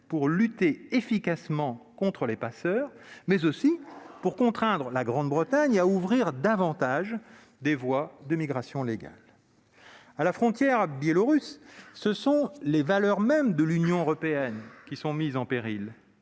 pour lutter efficacement contre les passeurs et contraindre la Grande-Bretagne à ouvrir davantage les voies de migration légale ? À la frontière biélorusse, ce sont les valeurs de l'Union européenne qui sont mises en péril.